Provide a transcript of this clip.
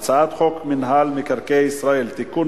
הצעת חוק מינהל מקרקעי ישראל (תיקון,